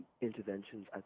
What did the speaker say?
interventions